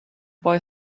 boy